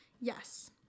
Yes